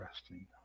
resting